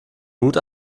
mut